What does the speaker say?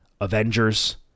Avengers